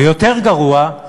ויותר גרוע,